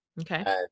Okay